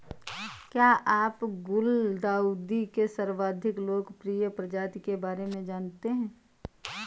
क्या आप गुलदाउदी के सर्वाधिक लोकप्रिय प्रजाति के बारे में जानते हैं?